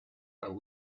are